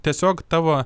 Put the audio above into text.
tiesiog tavo